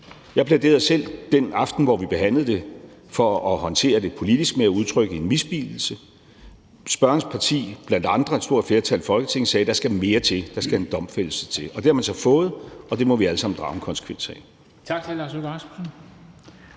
Jeg plæderede selv den aften, hvor vi behandlede det, for at håndtere det politisk med at udtrykke en misbilligelse. Spørgerens parti blandt andre, et stort flertal i Folketinget, sagde: Der skal mere til, der skal en domfældelse til. Det har man så fået, og det må vi alle sammen drage en konsekvens af.